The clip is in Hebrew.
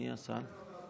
מי השר?